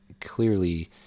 clearly